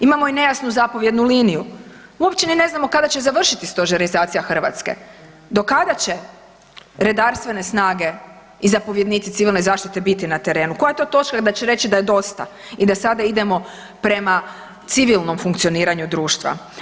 Imamo i nejasnu zapovjednu liniju, uopće ni ne znamo kada će završiti stožerizacija Hrvatske, do kada će redarstvene snage i zapovjednici Civilne zaštite biti na terenu, koja je to točka da će reći da je dosta i da sada idemo prema civilnom funkcioniranju društva.